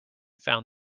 found